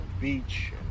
beach